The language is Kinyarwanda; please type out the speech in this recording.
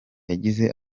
yagize